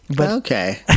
Okay